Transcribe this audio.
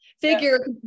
figure